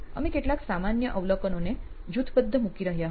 અમે કેટલાક સામાન્ય અવલોકનોને જૂથબદ્ધ મૂકી રહ્યા હતા